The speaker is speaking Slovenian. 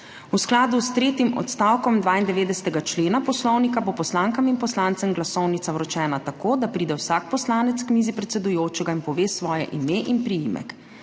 V skladu s tretjim odstavkom 92. člena Poslovnika bo poslankam in poslancem glasovnica vročena tako, da pride vsak poslanec k mizi predsedujočega in pove svoje ime in priimek.